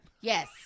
Yes